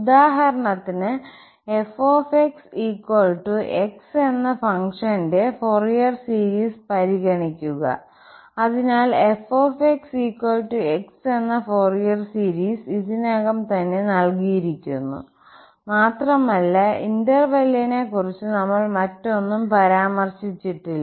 ഉദാഹരണത്തിന് f x എന്ന ഫംഗ്ഷന്റെ ഫോറിയർ സീരീസ് പരിഗണിക്കുക അതിനാൽ f x എന്ന ഫൊറിയർ സീരീസ് ഇതിനകം തന്നെ നൽകിയിരിക്കുന്നു മാത്രമല്ല ഇന്റെർവെല്ലിനെക്കുറിച്ച് നമ്മൾ മറ്റൊന്നും പരാമർശിച്ചിട്ടില്ല